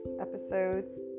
Episodes